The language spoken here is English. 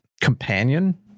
companion